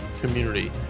community